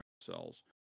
cells